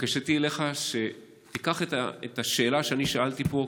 בקשתי אליך היא שתיקח את השאלה שאני שאלתי פה,